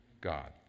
God